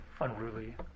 unruly